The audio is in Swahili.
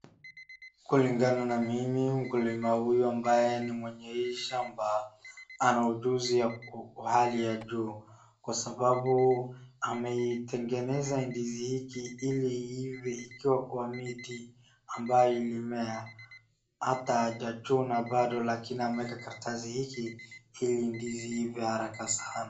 Kulingana na mimi ,mkulima huyu ambaye ni mwenye hii shamba, anaujuzi wa hali ya juu. Kwa sababu ameitengeza ndizi hiki ili iive ikiwa kwa miti. Ambaye ilimea hata hachachuna bado lakini ameeka karatasi hiki ili ndizi iive haraka sana.